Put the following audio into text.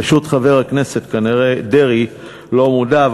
פשוט, חבר הכנסת דרעי כנראה לא מודע.